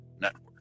Network